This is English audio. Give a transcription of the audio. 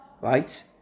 Right